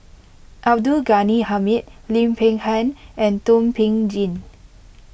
Abdul Ghani Hamid Lim Peng Han and Thum Ping Tjin